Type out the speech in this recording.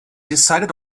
decided